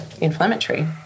inflammatory